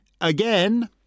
again